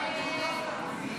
תסיר,